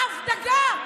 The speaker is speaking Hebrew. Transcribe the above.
אף דגה,